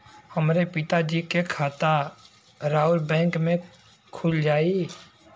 हमरे पिता जी के खाता राउर बैंक में खुल जाई?